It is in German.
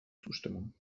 zustimmung